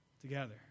together